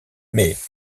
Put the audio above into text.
mais